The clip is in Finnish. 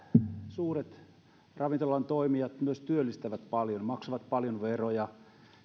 suuret ravintolatoimijat myös työllistävät paljon maksavat paljon veroja